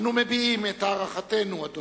אנו מביעים את הערכתנו, אדוני,